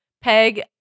peg